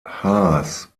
haas